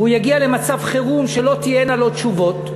והוא יגיע למצב חירום שלא תהיינה לו תשובות,